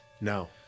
No